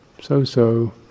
so-so